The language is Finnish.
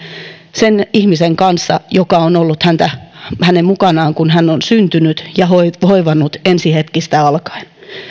sen ihmisen kanssa joka on ollut hänen mukanaan kun hän on syntynyt ja on hoivannut ensi hetkistä alkaen